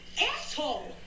asshole